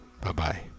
Bye-bye